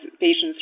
patients